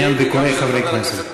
סחבת בעניין ביקורי חברי כנסת.